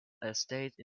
estate